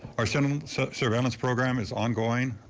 our so um so surveillance program is ongoing.